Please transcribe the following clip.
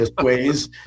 ways